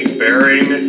bearing